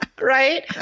Right